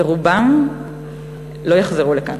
ורובם לא יחזרו לכאן.